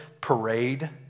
parade